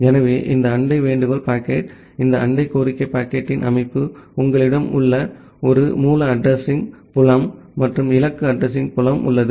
எனவே இந்த அண்டை வேண்டுகோள் பாக்கெட் இது அண்டை கோரிக்கை பாக்கெட்டின் அமைப்பு உங்களிடம் ஒரு மூல அட்ரஸிங் புலம் மற்றும் இலக்கு அட்ரஸிங் புலம் உள்ளது